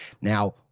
Now